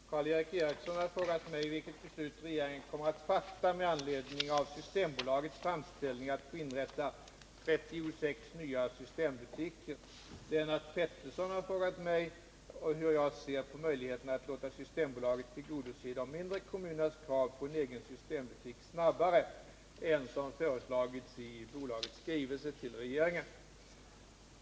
Herr talman! Karl Erik Eriksson har frågat mig vilket beslut regeringen kommer att fatta med anledning av Systembolagets framställning att få inrätta 36 nya systembutiker. Lennart Pettersson har frågat mig hur jag ser på möjligheterna att låta Systembolaget tillgodose de mindre kommunernas krav på en egen systembutik snabbare än som föreslagits i bolagets skrivelse till regeringen.